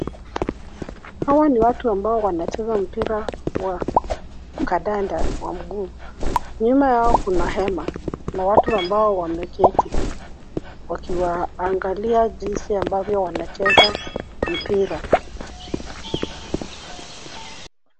Hawa ni watu ambao wanaocheza mpira wa kandanda wa mguu. Nyuma yao kuna hema na watu ambao wameketi, wakiwaangalia jinsi ambavyo wanacheza mpira.